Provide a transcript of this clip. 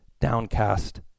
downcast